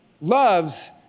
loves